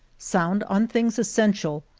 sound on things essential,